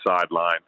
sideline